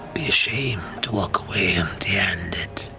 be a shame to walk away empty-handed.